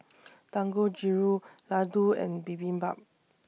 Dangojiru Ladoo and Bibimbap